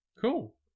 Cool